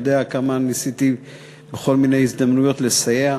והוא יודע כמה אני ניסיתי בכל מיני הזדמנויות לסייע,